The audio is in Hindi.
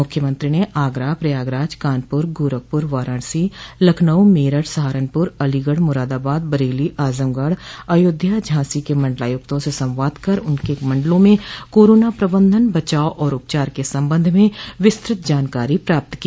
मुख्यमंत्रो ने आगरा प्रयागराज कानपुर गोरखपुर वाराणसी लखनऊ मेरठ सहारनपुर अलीगढ़ मुरादाबाद बरेली आजमगढ़ अयोध्या झांसी के मण्डलायुक्तों से संवाद कर उनके मण्डलों में कोरोना प्रबन्धन बचाव और उपचार के सम्बन्ध में विस्तृत जानकारी प्राप्त की